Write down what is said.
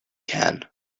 can